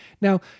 Now